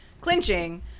clinching